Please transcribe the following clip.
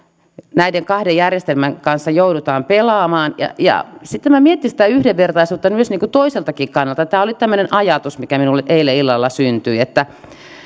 näiden kahden järjestelmän kanssa joudutaan pelaamaan sitten minä miettisin sitä yhdenvertaisuutta myöskin toiselta kannalta tämä nyt oli tämmöinen ajatus mikä minulle eilen illalla syntyi